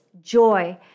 joy